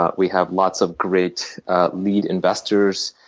ah we have lots of great lead investors,